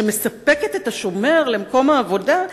ש"מספקת" את השומר למקום העבודה,